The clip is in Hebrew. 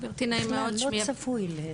גברתי, נעים מאוד, שמי אביבה